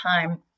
time